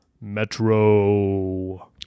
Metro